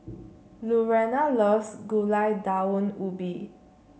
Lurena loves Gulai Daun Ubi